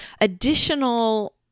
additional